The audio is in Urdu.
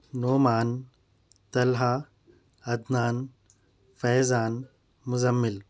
نعمان طلحہ عدنان فیضان مزمل